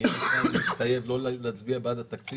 יהיה מוכן להתחייב לא להצביע בעד התקציב